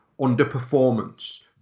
underperformance